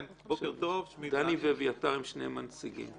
דני ואביתר, הם שניהם הנציגים.